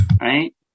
Right